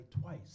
twice